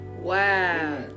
Wow